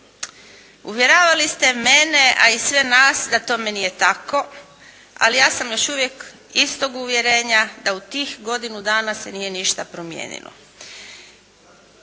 Uvjeravali ste mene, a i sve nas da tome nije tako, ali ja sam još uvijek istog uvjerenja da u tih godinu dana se nije ništa promijenilo.